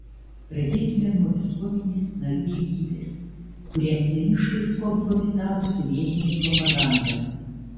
pradėkime nuo visuomenės narių lygybės kurią ciniškai sukompromitavo sovietinė propaganda